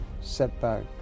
setback